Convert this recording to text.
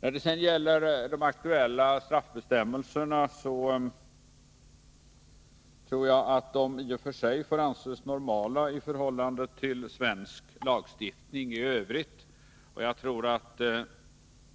När det gäller de aktuella straffbestämmelserna tror jag att dessa i och för sig får betraktas som normala med tanke på svensk lagstiftning i övrigt. Jag tror inte att act är möjligt att göra